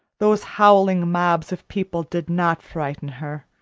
those howling mobs of people did not frighten her.